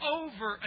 over